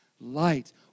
Light